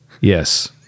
Yes